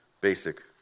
basic